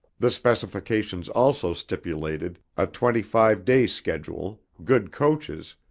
the specifications also stipulated a twenty-five day schedule, good coaches,